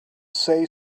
say